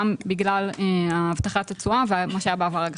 גם בגלל הבטחת התשואה ומה שהיה בעבר.